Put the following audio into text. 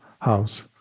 house